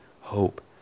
hope